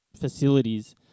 facilities